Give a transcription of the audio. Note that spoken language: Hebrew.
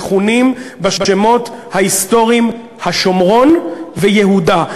מכונים בשמות ההיסטוריים השומרון ויהודה.